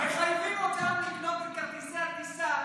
מחייבים אותם לקנות את כרטיסי הטיסה